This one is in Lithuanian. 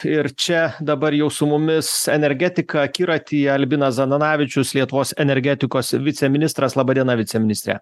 ir čia dabar jau su mumis energetika akiratyje albinas zananavičius lietuvos energetikos viceministras laba diena viceministre